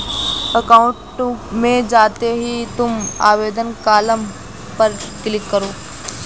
account में जाते ही तुम आवेदन कॉलम पर क्लिक करो